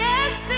Yes